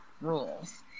rules